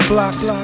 Blocks